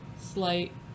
slight